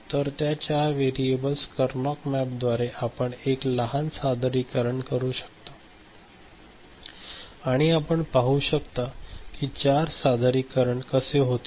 तर त्या चार व्हेरिएबल करनॉग मॅपद्वारे आपण एक लहान सादरीकरण करू शकता आणि आपण आपण पाहू शकता की ही चार सादरीकरणे असे होतील